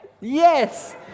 Yes